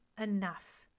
enough